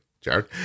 Jared